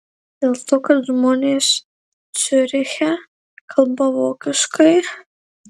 dėl to kad žmonės ciuriche kalba vokiškai